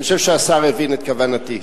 אני חושב שהשר הבין את כוונתי.